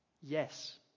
Yes